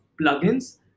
plugins